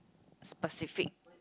specific